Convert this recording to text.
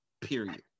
period